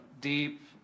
deep